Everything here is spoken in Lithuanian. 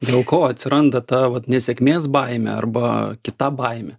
dėl ko atsiranda ta va nesėkmės baimė arba kita baimė